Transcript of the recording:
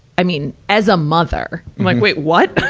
i mean, as a mother, i'm like, wait, what!